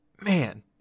man